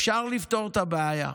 אפשר לפתור את הבעיה,